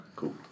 Cool